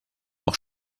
auch